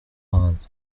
hanze